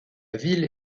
ville